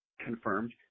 confirmed